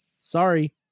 Sorry